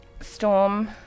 Storm